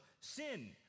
sin